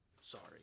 sorry